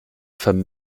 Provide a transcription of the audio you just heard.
femmes